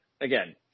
Again